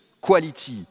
quality